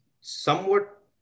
somewhat